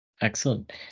Excellent